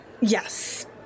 Yes